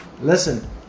listen